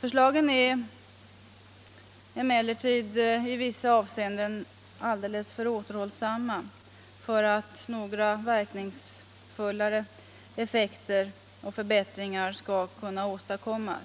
Förslagen är emellertid i vissa avseenden alltför återhållsamma för att några mer verkningsfulla effekter och förbättringar skall kunna åstadkommas.